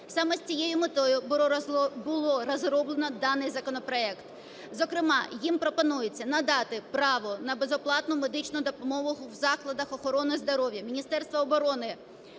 Саме з цією метою було розроблено даний законопроект. Зокрема, ним пропонується надати право на безоплатну медичну допомогу в закладах охорони здоров'я Міністерства оборони,